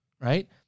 right